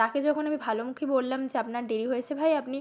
তাকে যখন আমি ভালো মুখে বললাম যে আপনার দেরি হয়েছে ভাই আপনি